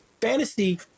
fantasy